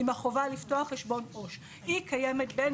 אם החובה לפתוח חשבון עו"ש היא קיימת בין